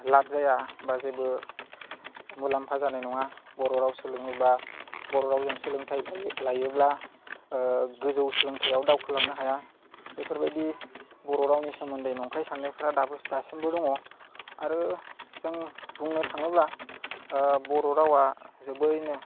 लाब जाया एबा जेबो मुलामफा जानाय नङा बर' राव सोलोङोब्ला बर' रावजों सोलोंथाइ लायोब्ला गोजौ सोलोंथाइआव दावखोलांनो हाया बेफोरबायदि बर' रावनि सोमोन्दै नंखाय साननायफ्रा दाबो दासिमबो दङ आरो जों बुंनो थाङोब्ला बर' रावआ जोबोरैनो